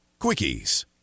Quickies